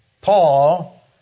Paul